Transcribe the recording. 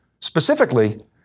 Specifically